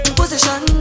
position